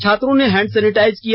छात्रों ने hand sanitise किया